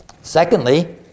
Secondly